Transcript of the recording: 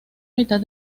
mitad